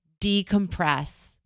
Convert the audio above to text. decompress